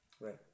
Right